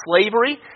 slavery